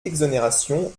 exonération